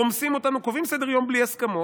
רומסים אותנו, קובעים סדר-יום בלי הסכמות,